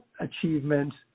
achievements